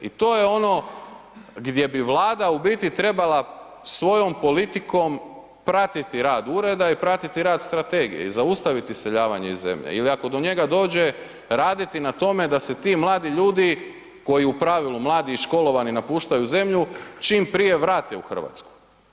I to je ono gdje bi Vlada u biti trebala svojom politikom pratiti rad ureda i pratiti rad strategije i zaustaviti iseljavanje iz zemlje ili ako do njega dođe raditi na tome da se ti mladi ljudi koji u pravilu mladi i školovani napuštaju zemlju čim prije vrate u Hrvatsku.